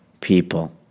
people